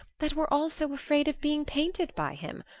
that we're all so afraid of being painted by him.